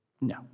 No